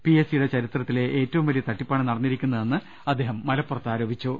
PA സ്സിയുടെ ചരിത്രത്തിലെ ഏറ്റവും വലിയ തട്ടിപ്പാണ് നടന്നിരിക്കു ന്നതെന്ന് അദ്ദേഹം മലപ്പുറത്ത് ആരോപിച്ചു